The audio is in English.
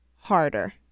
harder